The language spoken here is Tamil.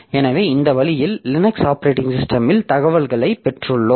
எனவே இந்த வழியில் லினக்ஸ் ஆப்பரேட்டிங் சிஸ்டமில் தகவல்களைப் பெற்றுள்ளோம்